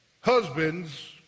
Husbands